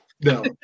No